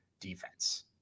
defense